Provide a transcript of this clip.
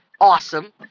awesome